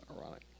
ironic